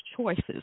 choices